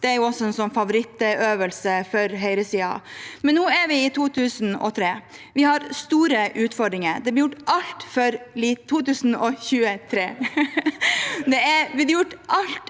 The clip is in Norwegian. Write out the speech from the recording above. det er en favorittøvelse for høyresiden, men nå er vi i 2023. Vi har store utfordringer. Det er blitt gjort altfor lite